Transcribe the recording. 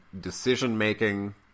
decision-making